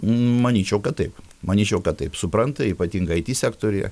manyčiau kad taip manyčiau kad taip supranta ypatingai ai ty sektoriuje